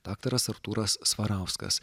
daktaras artūras svarauskas